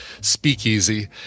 speakeasy